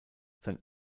sein